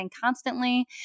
constantly